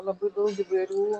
labai daug įvairių